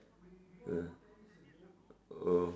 ah oh